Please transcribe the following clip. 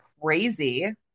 crazy